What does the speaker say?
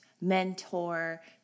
mentor